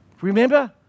Remember